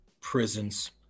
prisons